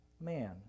man